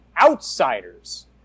outsiders